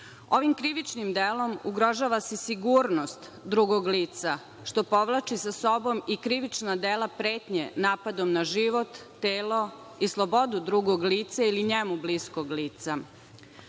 Ovim krivičnim delom ugrožava se sigurnost drugog lica, što povlači sa sobom i krivična dela pretnje napadom na život, telo i slobodu drugog lica ili njemu bliskog lica.